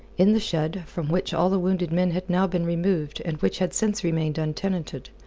in the shed, from which all the wounded men had now been removed and which had since remained untenanted,